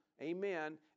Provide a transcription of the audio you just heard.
amen